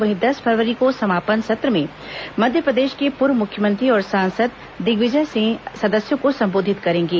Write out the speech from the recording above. वहीं दस फरवरी को समापन सत्र में मध्यप्रदेश के पूर्व मुख्यमंत्री और सांसद दिग्विजय सिंह सदस्यों को संबोधित करेंगे